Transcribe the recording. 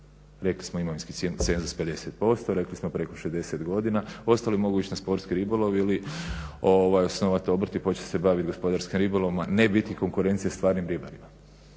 Rekli smo imovinski cenzus 50%, rekli smo preko 60 godina, ostali mogu ići na sportski ribolov ili osnovati obrt i početi se baviti gospodarskim ribolovom, a ne biti konkurencija stvarnim ribarima